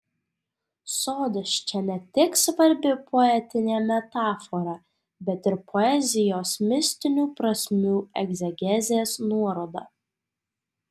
sodas čia ne tik svarbi poetinė metafora bet ir poezijos mistinių prasmių egzegezės nuoroda